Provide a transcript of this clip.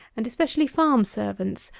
and especially farm-servants,